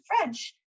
French